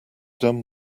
done